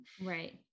right